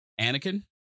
Anakin